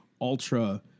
ultra